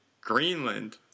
Greenland